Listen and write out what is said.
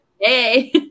Hey